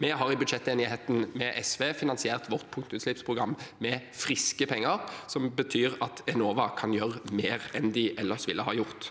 Vi har i budsjettenigheten med SV finansiert vårt punktutslippsprogram med friske penger, som betyr at Enova kan gjøre mer enn de ellers ville ha gjort.